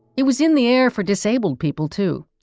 it was in the air for disabled people, too.